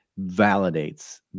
validates